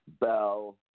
Bell –